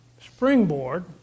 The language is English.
springboard